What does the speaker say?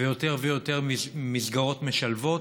ויותר ויותר מסגרות משלבות,